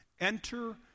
enter